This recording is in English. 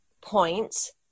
points